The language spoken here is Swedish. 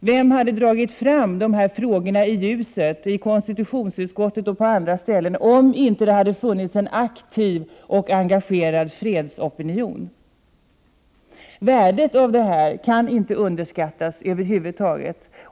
Vem hade dragit fram dessa frågor i ljuset, i konstitutionsutskottet och på annat sätt, om det inte hade funnits en aktiv och engagerad fredsopinion? Värdet av detta får över huvud taget inte underskattas.